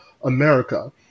america